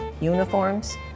Uniforms